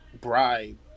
bribe